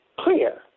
clear